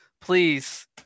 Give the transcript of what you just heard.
please